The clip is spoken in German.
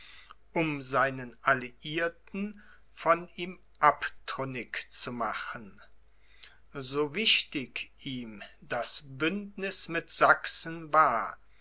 um seinen alliierten von ihm abtrünnig zu machen so wichtig ihm das bündniß mit sachsen war